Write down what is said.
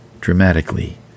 dramatically